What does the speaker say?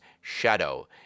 shadow